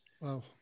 wow